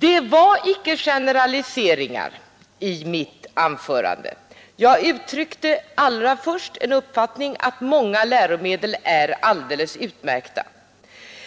Det var icke generaliseringar i mitt anförande. Jag uttryckte allra först den uppfattningen att många läromedel är alldeles utmärkta.